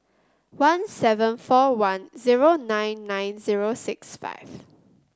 one seven four one zero nine nine zero six five